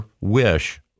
wish